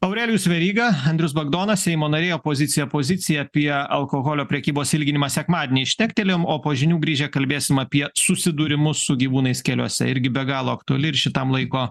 aurelijus veryga andrius bagdonas seimo nariai opozicija pozicija apie alkoholio prekybos ilginimą sekmadieniais šnektelėjom o po žinių grįžę kalbėsim apie susidūrimus su gyvūnais keliuose irgi be galo aktuali ir šitam laiko